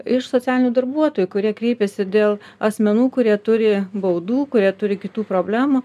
iš socialinių darbuotojų kurie kreipiasi dėl asmenų kurie turi baudų kurie turi kitų problemų